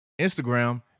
Instagram